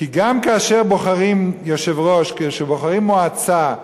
כי גם כשבוחרים יושב-ראש, כשבוחרים מועצה,